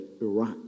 Iraq